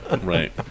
Right